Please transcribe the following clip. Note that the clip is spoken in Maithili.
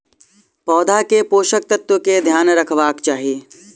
पौधा के पोषक तत्व के ध्यान रखवाक चाही